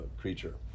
creature